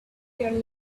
their